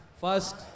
First